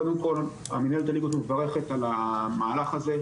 קודם כל מינהלת הליגות מברכת על המהלך הזה,